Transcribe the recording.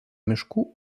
miškų